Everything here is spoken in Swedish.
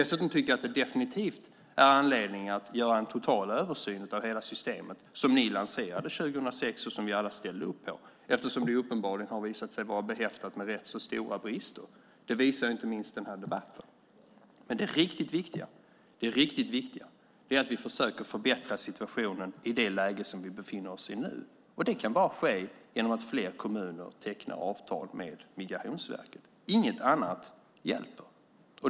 Dessutom tycker jag att det definitivt finns anledning att göra en total översyn av hela systemet som ni lanserade 2006 och som vi alla ställde upp på, eftersom det uppenbarligen har visat sig vara behäftat med rätt stora brister. Det visar inte minst den här debatten. Det riktigt viktiga är att vi försöker förbättra situationen i det läge vi befinner oss i nu. Det kan bara ske genom att fler kommuner tecknar avtal med Migrationsverket. Inget annat hjälper.